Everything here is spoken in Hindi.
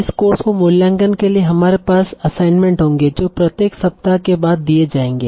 इस कोर्स को मूल्यांकन के लिए हमारे पास असाइनमेंट होंगे जो प्रत्येक सप्ताह के बाद दिए जाएंगे